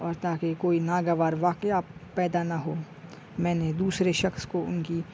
اور تاکہ کوئی ناگوار واقعہ پیدا نہ ہو میں نے دوسرے شخص کو ان کی